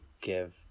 give